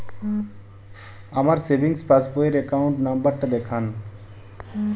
আমার সেভিংস পাসবই র অ্যাকাউন্ট নাম্বার টা দেখান?